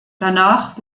danach